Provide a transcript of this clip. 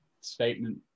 statement